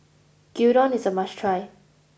Gyudon is a must try